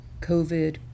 COVID